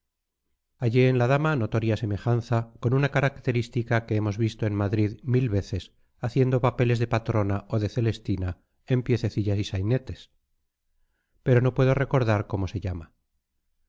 hallé en la dama notoria semejanza con una característica que hemos visto en madrid mil veces haciendo papeles de patrona o de celestina en piececillas y sainetes pero no puedo recordar cómo se llama